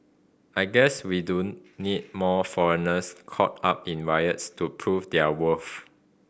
I guess we do need more foreigners caught up in riots to prove their worth